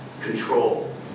control